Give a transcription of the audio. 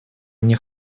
мне